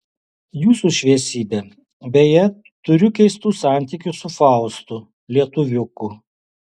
jūsų šviesybe beje turiu keistų santykių su faustu lietuviuku